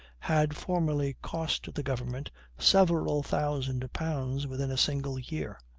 had formerly cost the government several thousand pounds within a single year.